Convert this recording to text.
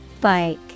Bike